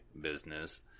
business